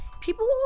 people